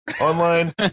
online